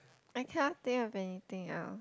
I can't think of anything else